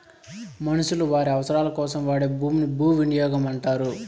మనుషులు వారి అవసరాలకోసం వాడే భూమిని భూవినియోగం అంటారు